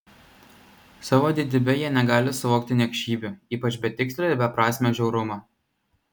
savo didybe jie negali suvokti niekšybių ypač betikslio ir beprasmio žiaurumo